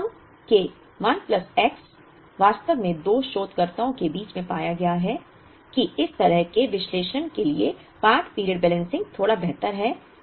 इष्टतम के 1 plus x वास्तव में दो शोधकर्ताओं के बीच में पाया गया है कि इस तरह के विश्लेषण के लिए पार्ट पीरियड बैलेंसिंग थोड़ा बेहतर है